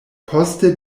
poste